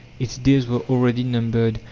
its days were already numbered,